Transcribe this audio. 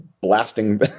blasting